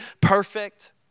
perfect